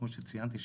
כמו שציינתי,